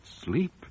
sleep